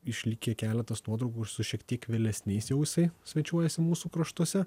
išlikę keletas nuotraukų ir su šiek tiek vėlesniais jau jisai svečiuojasi mūsų kraštuose